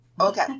okay